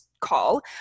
call